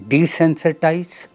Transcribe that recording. Desensitize